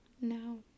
No